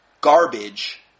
garbage